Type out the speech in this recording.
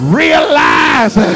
realize